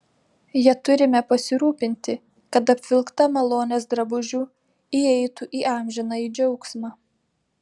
ja turime pasirūpinti kad apvilkta malonės drabužiu įeitų į amžinąjį džiaugsmą